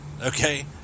okay